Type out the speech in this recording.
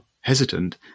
hesitant